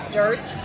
dirt